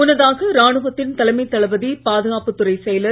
முன்னதாக ராணுவத்தின் தலைமை தளபதி பாதுகாப்புத் துறைச் செயலர்